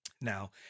Now